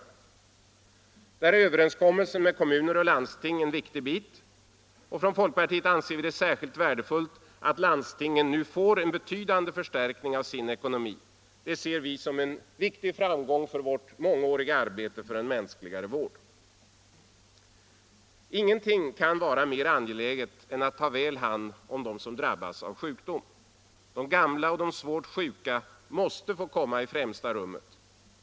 I det sammanhanget är överenskommelsen med kommuner och landsting en viktig bit. Från folkpartiet anser vi det särskilt värdefullt att landstingen nu får betydande förstärkningar av sin ekonomi. Det ser vi som en viktig framgång för vårt mångåriga arbete för en mänskligare vård. Ingenting kan vara mer angeläget än att ta väl hand om dem som drabbas av sjukdom. De gamla och de svårt sjuka måste komma i främsta rummet.